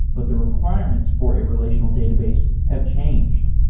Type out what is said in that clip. but the requirements for a relational database have changed.